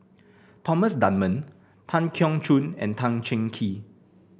Thomas Dunman Tan Keong Choon and Tan Cheng Kee